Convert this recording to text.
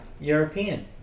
European